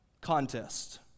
contest